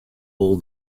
wol